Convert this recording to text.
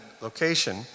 location